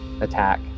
attack